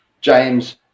James